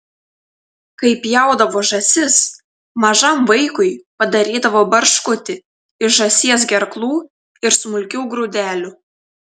kai pjaudavo žąsis mažam vaikui padarydavo barškutį iš žąsies gerklų ir smulkių grūdelių